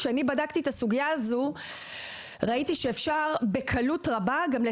כשבדקתי את הסוגייה הזו ראיתי שאפשר לצמצם